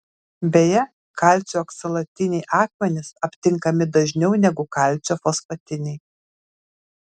beje kalcio oksalatiniai akmenys aptinkami dažniau negu kalcio fosfatiniai